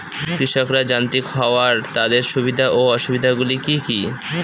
কৃষকরা যান্ত্রিক হওয়ার তাদের সুবিধা ও অসুবিধা গুলি কি কি?